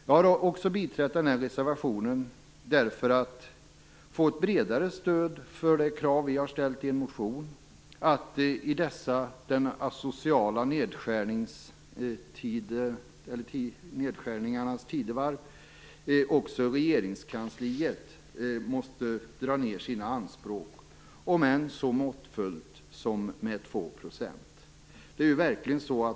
Jag har också biträtt reservationen för att få ett bredare stöd för det krav vi har ställt i en motion att också regeringskansliet i dessa de asociala nedskärningarnas tidevarv måste dra ned sina anspråk, om än så måttfullt som med 2 %.